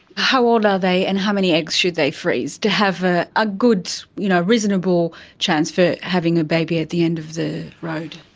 how old are they and how many eggs should they freeze to have a ah good you know reasonable chance for having a baby at the end of the road?